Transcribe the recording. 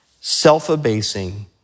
self-abasing